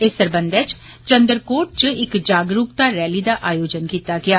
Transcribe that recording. इस सरबंधे च चन्द्रकोट च इक जागरूकता रैली दा आयोजन कीता गेआ